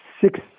Six